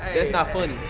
hey. that's not funny.